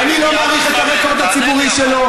אני לא מעריך את הרקורד הציבורי שלו,